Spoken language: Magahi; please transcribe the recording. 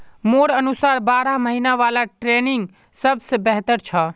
मोर अनुसार बारह महिना वाला ट्रेनिंग सबस बेहतर छ